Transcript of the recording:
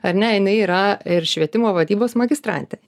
ar ne jinai yra ir švietimo vadybos magistrantė